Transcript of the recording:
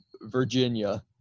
Virginia